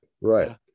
right